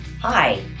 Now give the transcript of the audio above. Hi